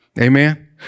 amen